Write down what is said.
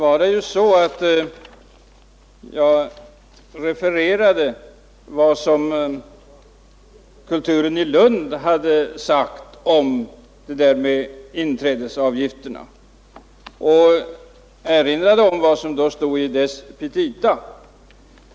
Fru talman! Jag refererade vad Kulturen i Lund hade sagt om entréavgifterna och erinrade om vad som stod i dess petita.